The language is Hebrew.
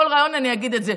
בכל ריאיון אני אגיד את זה,